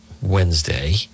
Wednesday